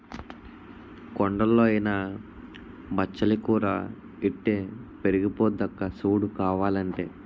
కొండల్లో అయినా బచ్చలి కూర ఇట్టే పెరిగిపోద్దక్కా సూడు కావాలంటే